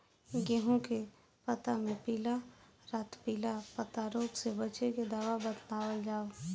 गेहूँ के पता मे पिला रातपिला पतारोग से बचें के दवा बतावल जाव?